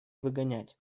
выгонять